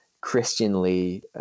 Christianly